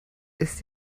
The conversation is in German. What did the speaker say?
ist